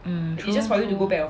mm true true